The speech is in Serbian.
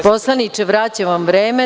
Poslaniče, vraćam vam vreme.